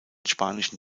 spanischen